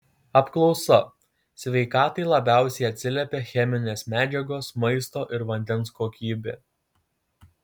apklausa sveikatai labiausiai atsiliepia cheminės medžiagos maisto ir vandens kokybė